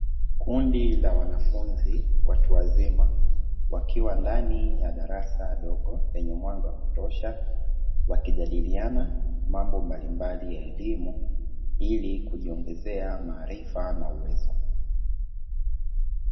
Kundi la wanafunzi watu wazima wakiwa ndani ya darasa dogo lenye mwanga wa kutosha, wakijadiliana mambo mbalimbali ya elimu ili kujiongezea maarifa na uwezo.